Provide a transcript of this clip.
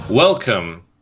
Welcome